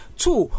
two